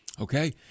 Okay